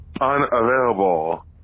unavailable